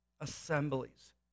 assemblies